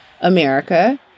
America